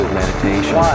meditation